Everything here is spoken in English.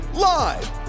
live